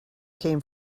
came